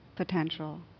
potential